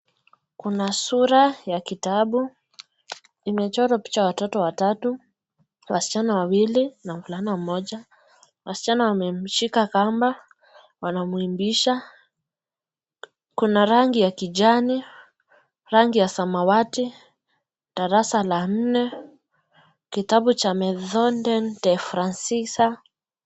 Kuna sura ya kitabu imechorwa picha ya watoto watatu ,wasichana wawili na mvulana mmoja , waschana wameshika kamba wanamuimbisha ,kuna rangi ya kijani , rangi ya samawati ,darasa la nne ,kitabu cha (cs)melzonde de francsiser(cs).